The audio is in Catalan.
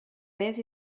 més